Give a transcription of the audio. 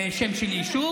ליברמן.